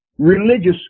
Religious